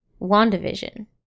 WandaVision